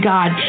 God